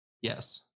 Yes